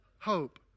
hope